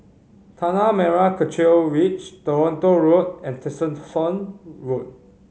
Tanah Merah Kechil Ridge Toronto Road and Tessensohn Road